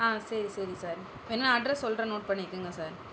ஆ சரி சரி சார் வேணுனா அட்ரெஸ் சொல்கிறேன் நோட் பண்ணிக்கங்க சார்